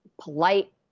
polite